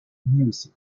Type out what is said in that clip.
music